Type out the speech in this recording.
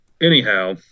Anyhow